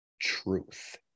truth